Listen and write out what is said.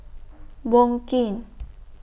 Wong Keen